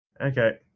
Okay